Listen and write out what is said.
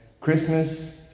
Christmas